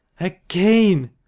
Again